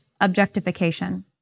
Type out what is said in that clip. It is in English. objectification